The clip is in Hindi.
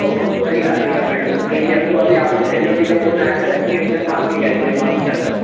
ओ सॉरी राधिका मैडम भूल गया वो अभी आप से पहले उन्हीं का फोन आया था ना इसलिए उनका नाम निकल गया माफी चाहता हूँ